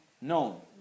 Known